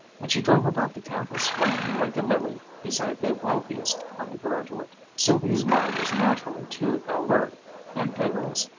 and she drove about the campus swaying like a lily beside the wealthiest undergraduate. sylvia's mind was naturally too alert and vigorous,